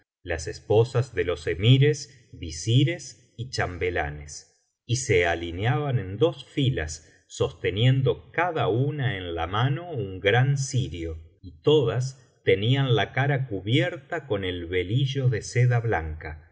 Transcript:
las esposas de los emires visires y chambelanes y se alineaban en dos filas sosteniendo cada una en la mano un gran cirio y todas tenían la cara cubierta con el velillo de seda blanca